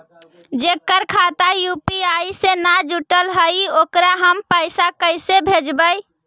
जेकर खाता यु.पी.आई से न जुटल हइ ओकरा हम पैसा कैसे भेजबइ?